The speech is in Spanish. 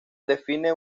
define